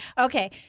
Okay